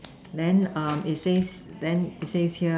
then um it says then it says here